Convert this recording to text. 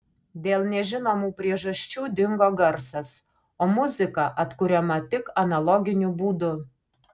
dėl nežinomų priežasčių dingo garsas o muzika atkuriama tik analoginiu būdu